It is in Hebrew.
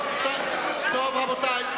רבותי,